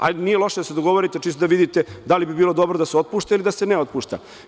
Hajde nije loše da se dogovorite čisto da vidite da li bi bilo dobro da se otpušta ili da se ne otpušta.